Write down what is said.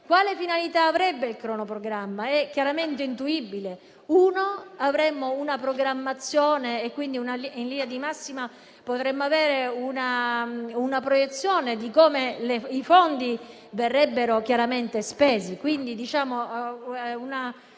La finalità del cronoprogramma è chiaramente intuibile: avremmo una programmazione e in linea di massima potremmo avere una proiezione di come i fondi verrebbero chiaramente spesi.